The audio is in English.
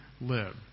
live